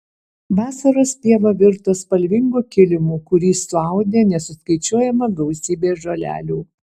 vasaros pieva virto spalvingu kilimu kurį suaudė nesuskaičiuojama gausybė žolelių